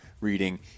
reading